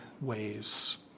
ways